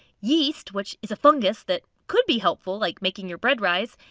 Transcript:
yeast, which is a fungus that could be helpful like making your bread rise.